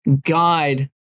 guide